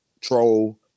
troll